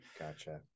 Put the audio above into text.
gotcha